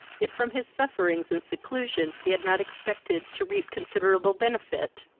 if from his sufferings and seclusion he had not expected to reap considerable benefit!